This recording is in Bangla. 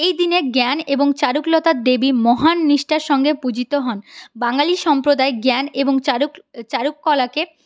এই দিনে জ্ঞান এবং চারুকলার দেবী মহান নিষ্ঠার সঙ্গে পূজিত হন বাঙালি সম্প্রদায় জ্ঞান এবং চারুকলাকে